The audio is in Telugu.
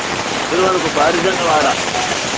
తిరుమలకుప్పం హరిజనవాడ